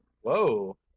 Whoa